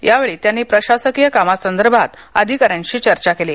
यावेळी त्यांनी प्रशासकीय कामांसंदर्भांत अधिका यांशी चर्चा केली